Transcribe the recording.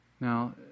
Now